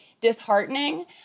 disheartening